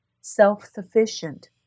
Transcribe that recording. self-sufficient